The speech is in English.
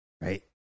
right